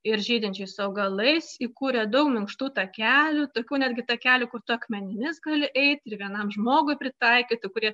ir žydinčiais augalais įkūrė daug minkštų takelių tokių netgi takelių kur ta akmenimis gali eiti ir vienam žmogui pritaikyta kurie